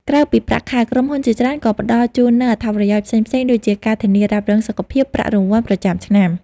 ក្រៅពីប្រាក់ខែ ក្រុមហ៊ុនជាច្រើនក៏ផ្តល់ជូននូវ អត្ថប្រយោជន៍ផ្សេងៗដូចជា ការធានារ៉ាប់រងសុខភាព ប្រាក់រង្វាន់ប្រចាំឆ្នាំ។